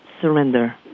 surrender